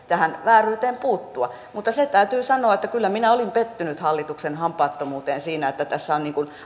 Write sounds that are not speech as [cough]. [unintelligible] tähän vääryyteen puuttua mutta se täytyy sanoa että kyllä minä olin pettynyt hallituksen hampaattomuuteen siinä että tässä on